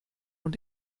und